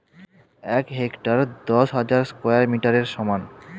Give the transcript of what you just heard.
এক হেক্টার দশ হাজার স্কয়ার মিটারের সমান